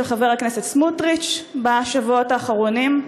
חבר הכנסת סמוטריץ בשבועות האחרונים,